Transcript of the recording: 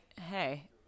hey